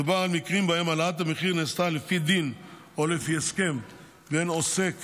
מדובר על מקרים שבהם העלאת המחיר נעשתה לפי דין או לפי הסכם בין עוסק